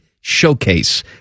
Showcase